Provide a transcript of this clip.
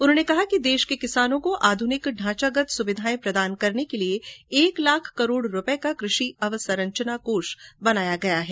उन्होंने कहा कि देश के किसानों को आध्रनिक ढांचागत सुविधाएं प्रदान करने के लिए एक लाख करोड़ रूपये का क्रषि अवसंरचना कोष बनाया गया है